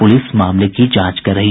police मामले की जांच कर रही है